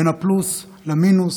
בין הפלוס למינוס.